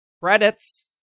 Credits